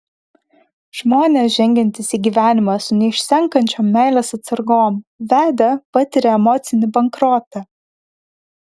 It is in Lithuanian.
žmonės žengiantys į gyvenimą su neišsenkančiom meilės atsargom vedę patiria emocinį bankrotą